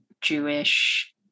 Jewish